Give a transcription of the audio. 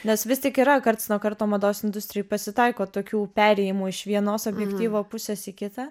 nes vis tik yra karts nuo karto mados industrijoj pasitaiko tokių perėjimų iš vienos objektyvo pusės į kitą